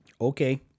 Okay